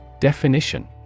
Definition